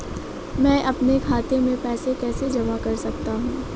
मैं अपने खाते में पैसे कैसे जमा कर सकता हूँ?